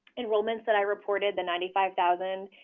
enrollments that i reported, the ninety five thousand,